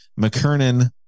McKernan